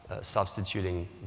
substituting